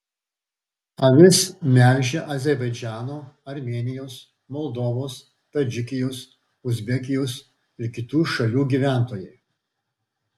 avis melžia azerbaidžano armėnijos moldovos tadžikijos uzbekijos ir kitų šalių gyventojai